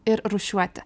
ir rūšiuoti